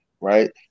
right